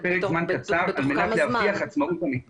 זו פשוט לא יעלה על הדעת, זה מטורף.